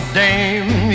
dame